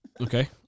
Okay